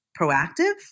proactive